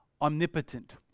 omnipotent